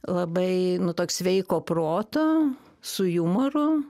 labai nu toks sveiko proto su jumoru